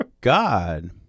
God